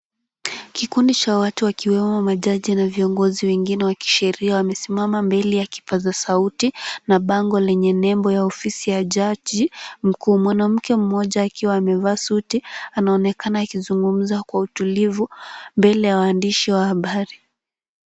Kikundi cha watu wakiwemo majaji na viongozi wengine wakisheria wamesimama mbele ya kipaza sauti na bango lenye nembo ya ofisi ya jaji mkuu, mwanamke mmoja akiwa amevaa suti anaonekana akizungumza kwa utulivu mbele ya waandishi wa habari.